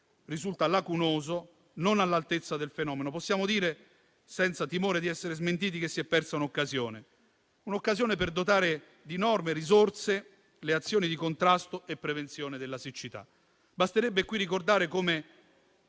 risulta lacunoso e non all'altezza del fenomeno. Possiamo dire senza timore di essere smentiti che si è persa un'occasione per dotare di norme e risorse le azioni di contrasto e prevenzione della siccità. Basterebbe ricordare come